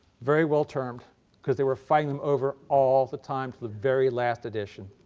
very well termed because they were fighting them over all the time to the very last edition.